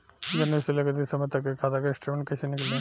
जनवरी से लेकर दिसंबर तक के खाता के स्टेटमेंट कइसे निकलि?